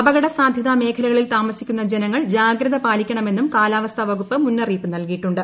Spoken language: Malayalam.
അപകട സാധ്യതാ മേഖലകളിൽ താമസിക്കുന്ന ജനങ്ങൾ ജാഗ്രത പാലിക്കണമെന്നും കാലാവസ്ഥാ വകുപ്പ് മുന്നറിയിപ്പ് നൽകിയിട്ടുണ്ട്